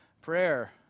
Prayer